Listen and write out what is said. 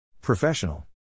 Professional